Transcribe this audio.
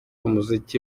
umuziki